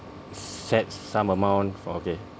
set some amount for okay